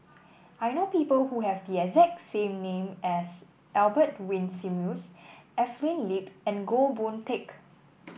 I know people who have the exact same name as Albert Winsemius Evelyn Lip and Goh Boon Teck